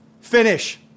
finish